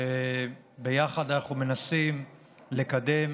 שביחד אנחנו מנסים לקדם